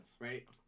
right